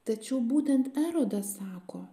tačiau būtent erodas sako